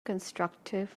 constructive